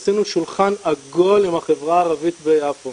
עשינו שולחן עגול עם החברה הערבית ביפו